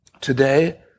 Today